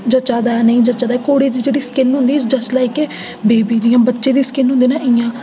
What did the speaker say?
जचै दा ऐ नेईं जचै दा ऐ घोड़े दी जेह्ड़ी स्कीन्न होंदी जस्ट लाइक ए बेबी जि'यां बच्चे दी स्किन्न होंदी ना इ'यां